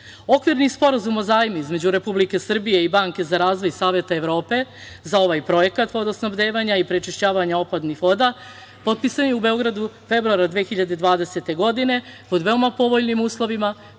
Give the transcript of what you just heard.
sporazum o zajmu između Republike Srbije i Banke za razvoj Saveta Evrope za ovaj projekat vodosnabdevanja i prečišćavanja otpadnih voda potpisan je u Beogradu februara 2020. godine pod veoma povoljnim uslovima,